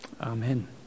Amen